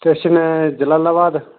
station ਹੈ ਜਲਾਲਾਬਾਦ